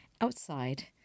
outside